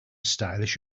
stylish